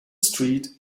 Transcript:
street